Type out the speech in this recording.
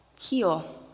heal